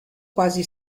quasi